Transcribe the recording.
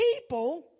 people